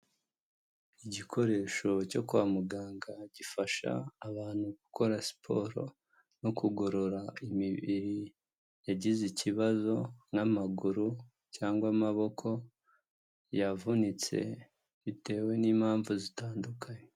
Igikoresho cyo kwa muganga, gifasha abantu gukora siporo no kugorora imibiri yagize ikibazo, n'amaguru cyangwa amaboko yavunitse, bitewe n'impamvu zitandukanye.